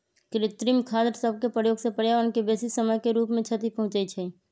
कृत्रिम खाद सभके प्रयोग से पर्यावरण के बेशी समय के रूप से क्षति पहुंचइ छइ